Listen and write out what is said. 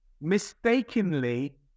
mistakenly